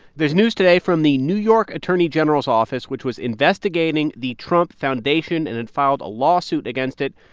there's news today from the new york attorney general's office, which was investigating the trump foundation and had filed a lawsuit against it.